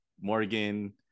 Morgan